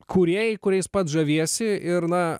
kūrėjai kuriais pats žaviesi ir na